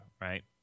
right